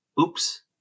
Oops